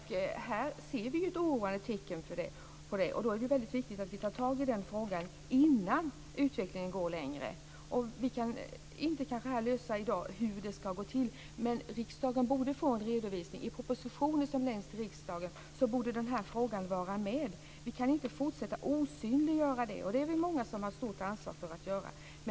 Här ser vi ett oroande tecken på det. Då är det viktigt att vi tar tag i den frågan innan utvecklingen går längre. Vi kanske inte här i dag kan lösa hur det ska gå till, men riksdagen borde få en redovisning. I den proposition som ska läggas fram för riksdagen borde frågan vara med. Vi kan inte fortsätta att osynliggöra den. Vi är många som har ett stort ansvar för detta.